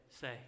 say